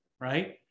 right